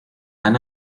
and